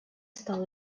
стал